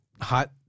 hot